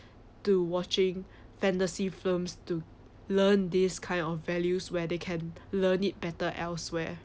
to watching fantasy films to learn these kind of values where they can learn it better elsewhere